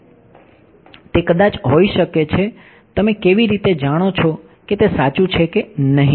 તે કદાચ હોઈ શકે છે તમે કેવી રીતે જાણો છો કે તે સાચું છે કે નહીં